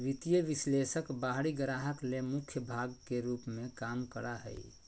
वित्तीय विश्लेषक बाहरी ग्राहक ले मुख्य भाग के रूप में काम करा हइ